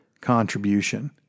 contribution